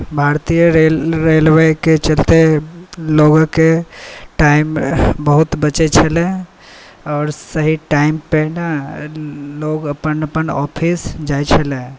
भारतीय रेलवेके चलते लोकके टाइम बहुत बचैत छलै आओर सही टाइमपर ने लोक अपन अपन ऑफिस जाइत छले